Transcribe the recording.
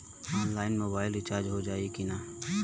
Online mobile recharge हो जाई की ना हो?